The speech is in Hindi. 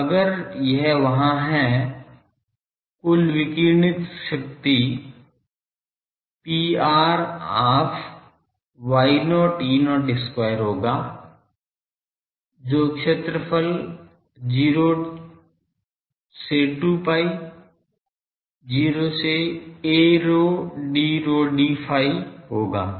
तो अगर यह वहाँ है कुल विकिरणित शक्ति Pr half Y0 E0 square होगा तो क्षेत्रफल 0 से 2 pi 0 से a ρ d rho d phi होगा